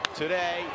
today